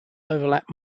overlap